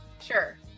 sure